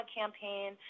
campaign